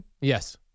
Yes